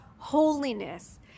holiness